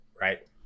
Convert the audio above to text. right